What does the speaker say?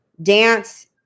Dance